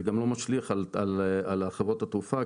זה גם לא משליך על חברות התעופה,